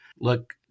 look